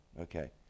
Okay